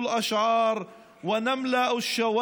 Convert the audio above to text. וז'וריב'